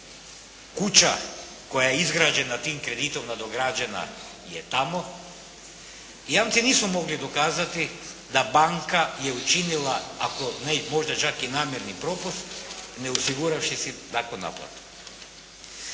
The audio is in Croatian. kuća koja je izgrađena tim kreditom nadograđena je tamo. Jamci nisu mogli dokazati da banka je učinila ako ne i možda čak i namjerni propust, ne osiguravši si takvu naplatu.